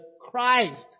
Christ